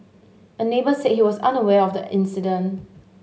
a neighbour said he was unaware of the incident